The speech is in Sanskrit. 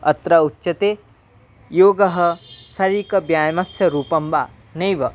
अत्र उच्यते योगः शारीरिकव्यायामस्य रूपं वा नैव